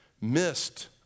missed